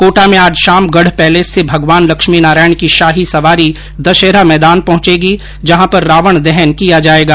कोटा में आज शाम गढ पैलेस ेसे भगवान लक्ष्मीनारायण की शाही सवारी दशहरा मैदान पहुंचेगी जहां पर रावण दहन किया जायेगा